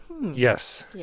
Yes